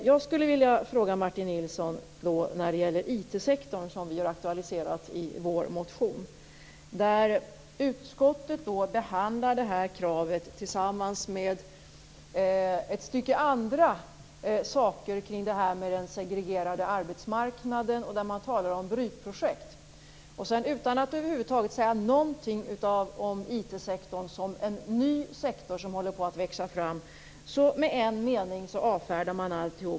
Jag skulle vilja ställa en fråga till Martin Nilsson när det gäller IT-sektorn, som vi har aktualiserat i vår motion. Utskottet behandlar vårt krav tillsammans med en del andra frågor på den segregerade arbetsmarknaden och hänvisar till brytprojekt. Utan att över huvud taget säga något om IT-sektorn som en ny sektor som håller på att växa fram avfärdar man alltihop i en enda mening.